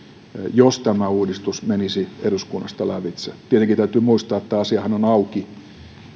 jos tämä uudistus menisi eduskunnasta lävitse tietenkin täytyy muistaa että asiahan on auki